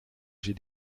j’ai